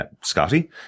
Scotty